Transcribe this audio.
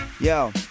Yo